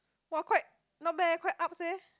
!wah! quite not bad leh quite ups leh